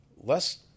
less